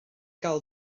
gael